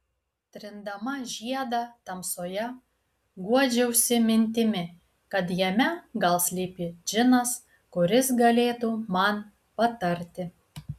trindama žiedą tamsoje guodžiausi mintimi kad jame gal slypi džinas kuris galėtų man patarti